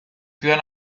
ciudad